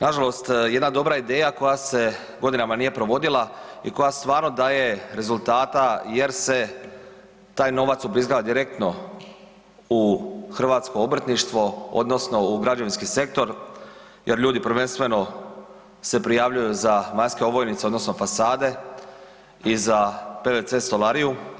Nažalost, jedna dobra ideja koja se godinama nije provodila i koja stvarno daje rezultata jer se taj novac ubrizgava direktno u hrvatsko obrtništvo odnosno u građevinski sektor jer ljudi prvenstveno se prijavljuju za vanjske ovojnice odnosno fasade i za PVC stolariju.